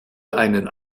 einen